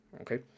Okay